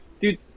Dude